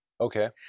Okay